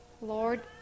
Lord